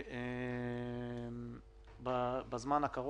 בזמן הקרוב.